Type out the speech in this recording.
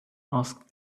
asked